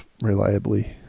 reliably